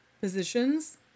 positions